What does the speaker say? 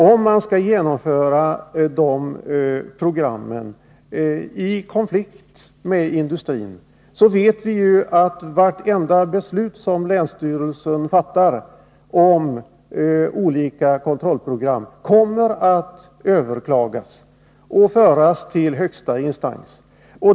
Om de programmen skall genomföras, i konflikt med industrin, vet vi ju att vartenda beslut som länsstyrelsen fattar om olika kontrollprogram kommer att överklagas och föras till högsta instans.